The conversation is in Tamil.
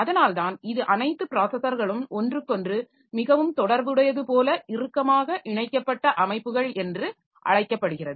அதனால்தான் இது அனைத்து ப்ராஸஸர்களும் ஒன்றுக்கொன்று மிகவும் தொடர்புடையது போல இறுக்கமாக இணைக்கப்பட்ட அமைப்புகள் என்று அழைக்கப்படுகிறது